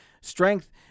strength